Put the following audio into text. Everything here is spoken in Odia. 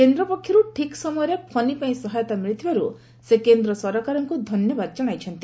କେନ୍ଦ୍ର ପକ୍ଷରୁ ଠିକ୍ ସମୟରେ ଫନି ପାଇଁ ସହାୟତା ମିଳିଥିବାରୁ ସେ କେନ୍ଦ୍ ସରକାରଙ୍କୁ ଧନ୍ୟବାଦ ଜଣାଇଛନ୍ତି